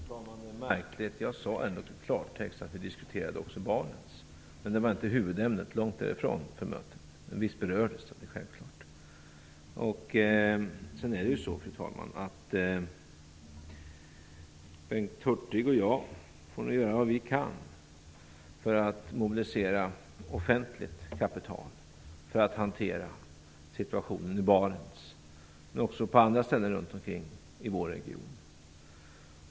Fru talman! Det är märkligt! Jag sade ju i klartext att vi också diskuterade Barents. Det var långtifrån huvudämnet för mötet, men självfallet berördes det. Bengt Hurtig och jag får nog göra vad vi kan för att mobilisera offentligt kapital för att hantera situationen i Barents, men också på andra ställen runt omkring i vår region.